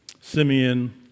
Simeon